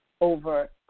over